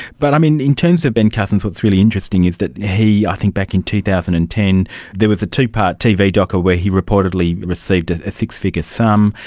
but in in terms of ben cousins, what's really interesting is that he, i think back in two thousand and ten there was a two-part tv doco where he reportedly received a six-figure sum.